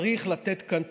צריך לתת כאן תוכנית.